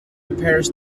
prepares